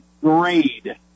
grade